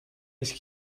ice